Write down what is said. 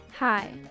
Hi